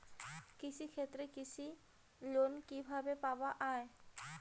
কৃষি ক্ষেত্রে কৃষি লোন কিভাবে পাওয়া য়ায়?